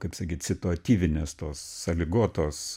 kaip sakyt situatyvinės tos sąlygotos